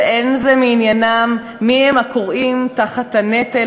ואין זה מעניינם מי הם הכורעים תחת הנטל